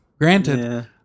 Granted